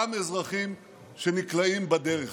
גם אזרחים שנקלעים בדרך.